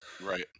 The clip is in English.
Right